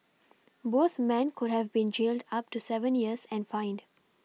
both men could have been jailed up to seven years and fined